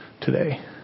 today